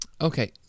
Okay